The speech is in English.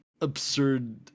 absurd